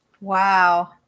Wow